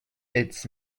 its